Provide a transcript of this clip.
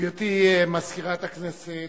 גברתי מזכירת הכנסת,